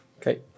Okay